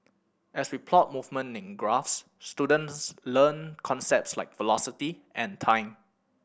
as we plot movement in graphs students learn concepts like velocity and time